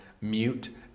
mute